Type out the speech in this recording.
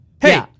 hey